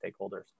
stakeholders